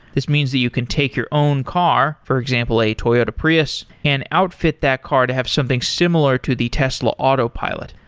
this means that you can take your own car, for example a toyota prius, and outfit that car to have something similar to the tesla autopilot.